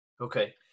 Okay